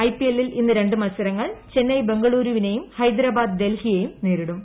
I പി എല്ലിൽ ഇന്ന് രണ്ട് മത്സരങ്ങൾ ചെന്നൈ ബംഗ്ളൂരുവിനെയും ഹൈദരാബാദ് ഡൽഹിയെയും നേരിടും